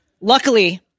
Luckily